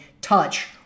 touch